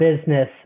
business